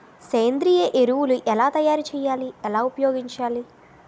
సేంద్రీయ ఎరువులు ఎలా తయారు చేయాలి? ఎలా ఉపయోగించాలీ?